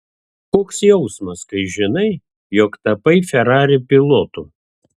koks jausmas kai žinai jog tapai ferrari pilotu